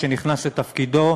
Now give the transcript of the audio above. שנכנס לתפקידו,